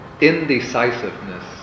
indecisiveness